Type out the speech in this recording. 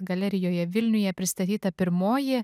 galerijoje vilniuje pristatyta pirmoji